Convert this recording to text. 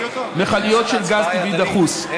מכליות של גז טבעי דחוס.